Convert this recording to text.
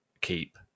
keep